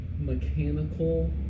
mechanical